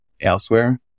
elsewhere